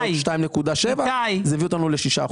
ועוד 2.7% - זה הביא אותנו ל-6%.